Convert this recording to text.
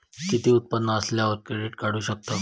किती उत्पन्न असल्यावर क्रेडीट काढू शकतव?